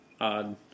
odd